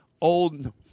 Old